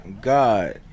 God